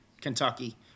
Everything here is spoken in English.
Kentucky